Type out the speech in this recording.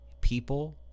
people